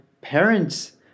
parents